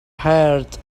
haired